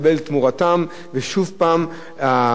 הביטחון הצרכני,